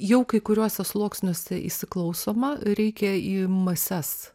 jau kai kuriuose sluoksniuose įsiklausoma reikia į mases